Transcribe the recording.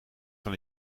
van